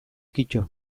kito